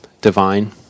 divine